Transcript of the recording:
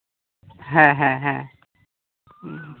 ᱦᱮᱸ ᱦᱮᱸ ᱦᱮᱸ